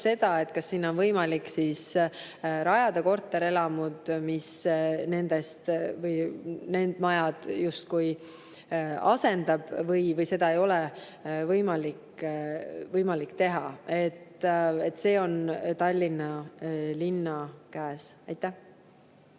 seda, kas sinna on võimalik rajada korterelamud, mis need majad justkui asendavad, või seda ei ole võimalik teha. See on Tallinna linna käes. Aitäh!